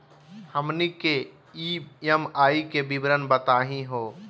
हमनी के ई.एम.आई के विवरण बताही हो?